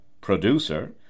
producer